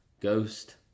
ghost